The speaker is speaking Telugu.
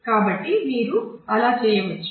కాబట్టి మీరు అలా చేయవచ్చు